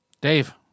Dave